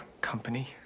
company